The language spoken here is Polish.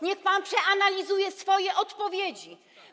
Niech pan przeanalizuje swoje odpowiedzi.